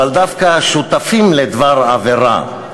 אבל דווקא השותפים לדבר עבירה,